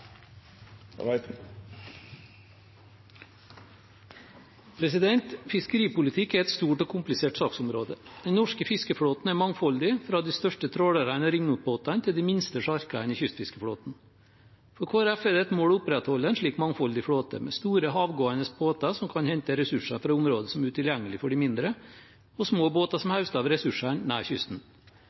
det. Fiskeripolitikk er et stort og komplisert saksområde. Den norske fiskeflåten er mangfoldig, fra de største trålerne og ringnotbåtene til de minste sjarkene i kystfiskeflåten. For Kristelig Folkeparti er det et mål å opprettholde en slik mangfoldig flåte, med store havgående båter som kan hente ressurser fra områder som er utilgjengelige for de mindre, og små båter som høster av ressursene nær kysten.